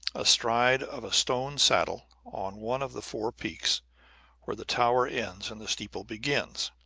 astride of a stone saddle on one of the four peaks where the tower ends and the steeple begins.